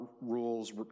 rules